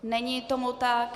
Není tomu tak.